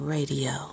Radio